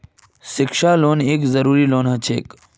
शिक्षा लोन एक जरूरी लोन हछेक